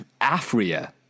Afria